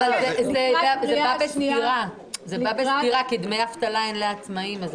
זה בא בסתירה כי דמי אבטלה אין לעצמאים.